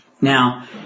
Now